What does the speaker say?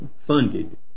funded